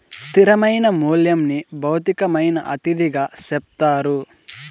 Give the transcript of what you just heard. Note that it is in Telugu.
స్థిరమైన మూల్యంని భౌతికమైన అతిథిగా చెప్తారు